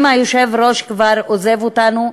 ואם היושב-ראש כבר עוזב אותנו,